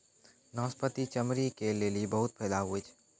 नाशपती चमड़ी के लेली बहुते फैदा हुवै छै